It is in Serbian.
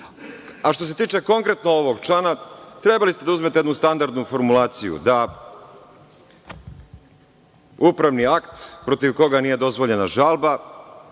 se tiče konkretno ovog člana, trebali ste da uzmete jednu standardnu formulaciju, da upravni akt protiv koga nije dozvoljena žalba